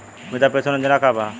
वृद्ध पेंशन योजना का बा?